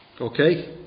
Okay